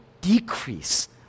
decrease